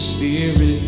Spirit